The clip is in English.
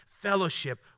fellowship